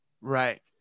Right